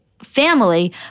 Family